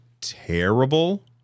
terrible